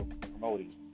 promoting